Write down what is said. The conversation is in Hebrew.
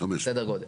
סדר גודל.